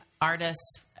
artists